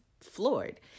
floored